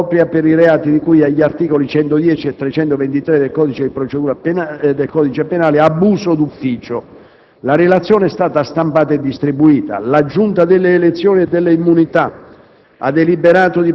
*in parte qua*, per i reati di cui agli articoli 110 e 323 del codice penale (abuso d'ufficio)». La relazione è stata stampata e distribuita. La Giunta delle elezioni e delle immunità